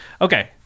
okay